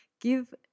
give